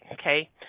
okay